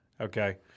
Okay